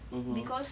mmhmm